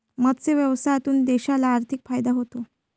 मत्स्य व्यवसायातून देशाला आर्थिक फायदा होतो